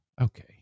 okay